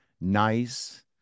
nice